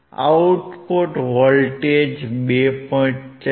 output voltage 2